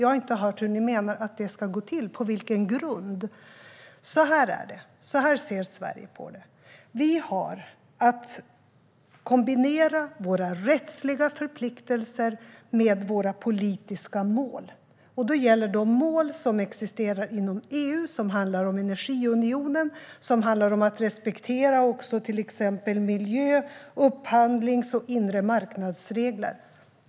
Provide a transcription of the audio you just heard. Jag har inte hört något om hur ni menar att det ska gå till och på vilken grund. Så här ser Sverige på detta. Vi har att kombinera våra rättsliga förpliktelser med våra politiska mål. Det gäller då mål som existerar inom EU och som handlar om energiunionen, om att respektera miljö-, upphandlings och inremarknadsregler.